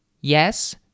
yes